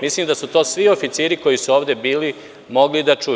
Mislim da su to svi oficiri, koji su ovde bili, mogli da čuju.